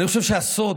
אני חושב שהסוד,